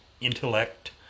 intellect